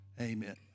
Amen